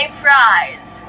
prize